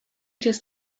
just